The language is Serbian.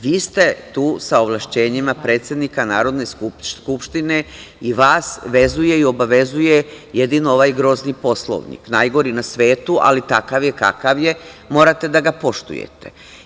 Vi ste tu sa ovlašćenjima predsednika Narodne skupštine i vas vezuje i obavezuje jedino ovaj grozni Poslovnik, najgori na svetu, ali takav je kakav je, morate da ga poštujete.